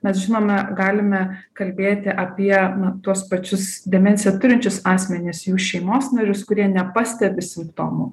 mes žinome galime kalbėti apie tuos pačius demenciją turinčius asmenis jų šeimos narius kurie nepastebi simptomų